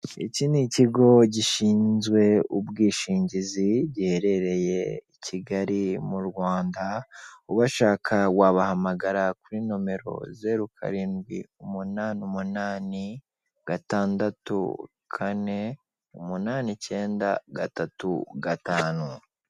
Iki ni ikigo gishinzwe ubwishingizi giherereye i Kigali mu Rwanda, ubashaka wabahamagara kuri nomero zeru karindwi umunani, umunani, gatandatu, kane, umunani, icyenda, gatatu gatanu.